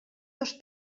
dos